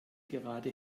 gerade